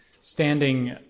standing